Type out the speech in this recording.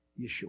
Yeshua